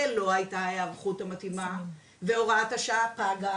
ולא היתה הערכות מתאימה והוראת השעה פגה,